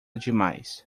demais